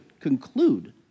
conclude